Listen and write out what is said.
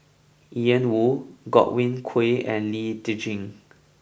Ian Woo Godwin Koay and Lee Tjin